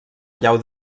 llau